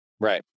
Right